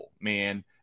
man